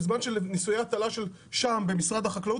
בזמן שבניסויי הטלה במשרד החקלאות